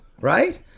right